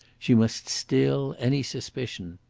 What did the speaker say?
she must still any suspicion.